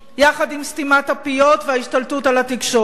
יחד עם סתימת הפיות וההשתלטות על התקשורת.